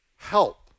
help